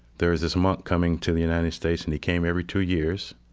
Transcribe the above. there's this monk coming to the united states, and he came every two years.